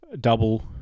double